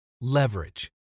Leverage